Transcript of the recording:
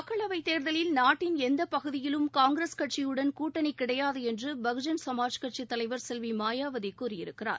மக்களவைத் தேர்தலில் நாட்டின் எந்தப் பகுதியிலும் காங்கிரஸ் கட்சியுடன் கூட்டணி கிடையாது என்று பகுஜன் சமாஜ் கட்சித் தலைவர் செல்வி மாயாவதி கூறியிருக்கிறார்